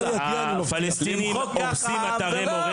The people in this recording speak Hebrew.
למחוק ככה עם.